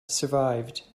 survived